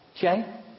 Jay